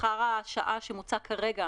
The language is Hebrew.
שכר השעה שמוצע כרגע